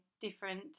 different